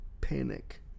panic